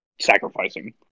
sacrificing